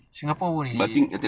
singapore boleh